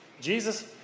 Jesus